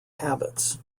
habits